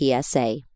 PSA